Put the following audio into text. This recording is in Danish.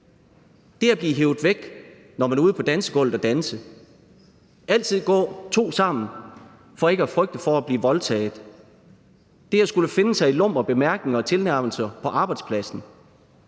Det at blive hevet væk, når man er ude på dansegulvet og danse, altid gå to sammen for ikke at frygte for at blive voldtaget, det at skulle finde sig i lumre bemærkninger og tilnærmelser på arbejdspladsen